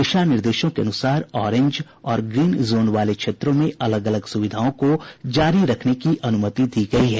दिशा निर्देशों के अनुसार ऑरेंज और ग्रीन जोन वाले क्षेत्रों में अलग अलग सुविधाओं को जारी रखने की अनुमति दी गयी है